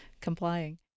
complying